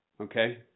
okay